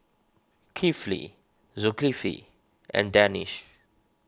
Kifli Zulkifli and Danish